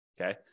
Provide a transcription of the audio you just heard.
Okay